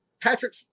Patrick